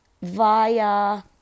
Via